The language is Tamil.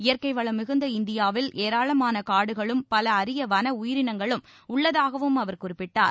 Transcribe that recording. இயற்கை வளம் மிகுந்த இந்தியாவில் ஏராளமான காடுகளும் பல அரிய வள உயிரினங்களும் உள்ளதாகவும் அவர் குறிப்பிட்டார்